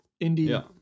indie